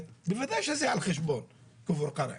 בוודאי שזה יהיה על חשבון כפר קרע.